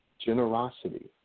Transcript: generosity